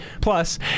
Plus